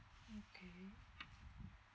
okay